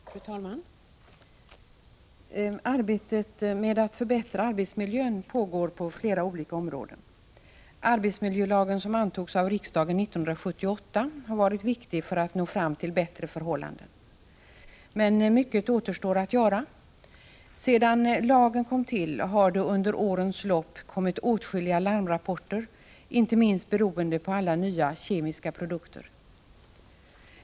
Fru talman! Arbetet med att förbättra arbetsmiljön pågår på flera olika områden. Arbetsmiljölagen, som antogs av riksdagen 1978, har varit viktig för att nå fram till bättre förhållanden. Men mycket återstår att göra. Sedan lagen kom till har det under årens lopp kommit åtskilliga larmrapporter, inte minst beroende på alla nya kemiska produkter.